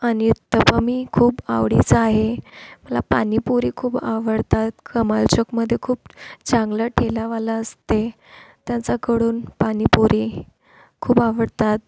आणि उत्तपमही खूप आवडीचा आहे मला पाणीपुरी खूप आवडतात खमाल चौकमध्ये खूप चांगला ठेलावाला असते त्याच्याकडून पाणीपुरी खूप आवडतात